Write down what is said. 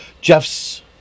Jeff's